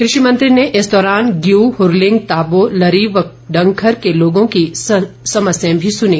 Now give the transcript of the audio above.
कृषि मंत्री ने इस दौरान ग्य हुरलिंग ताबो लरी व डंखर के लोगों की समस्याएं भी सुनीं